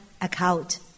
account